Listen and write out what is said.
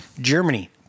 Germany